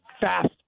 fast